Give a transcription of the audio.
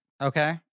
Okay